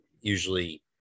usually